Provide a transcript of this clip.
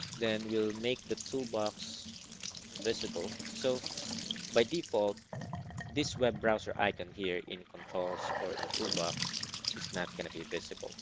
then we'll make the tool box visible. so by default this web browser icon here in controls or in tool box is not gonna be visible